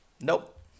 nope